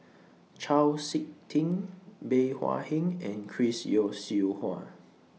Chau Sik Ting Bey Hua Heng and Chris Yeo Siew Hua